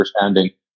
understanding